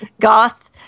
Goth